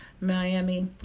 Miami